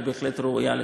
היא בהחלט ראויה לכך.